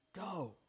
go